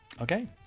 okay